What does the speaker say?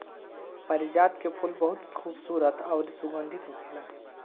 पारिजात के फूल बहुत खुबसूरत अउरी सुगंधित होखेला